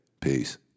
Peace